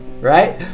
right